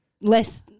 less –